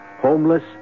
Homeless